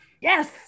Yes